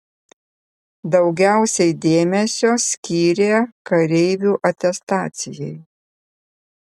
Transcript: daugiausiai dėmesio skyrė kareivių atestacijai